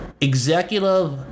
executive